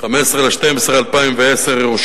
ח' בטבת התשע"א, 15 בדצמבר 2010, ירושלים.